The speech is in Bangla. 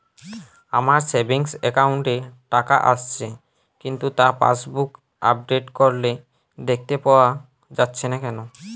আমার সেভিংস একাউন্ট এ টাকা আসছে কিন্তু তা পাসবুক আপডেট করলে দেখতে পাওয়া যাচ্ছে না কেন?